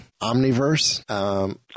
Omniverse